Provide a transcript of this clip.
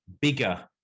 bigger